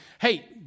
hey